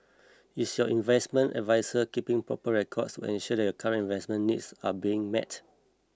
is your investment adviser keeping proper records to ensure that your current investment needs are being met